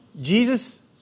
Jesus